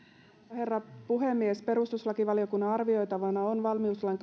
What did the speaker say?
herra puhemies perustuslakivaliokunnan arvioitavana on valmiuslain